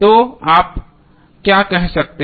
तो आप क्या कह सकते हैं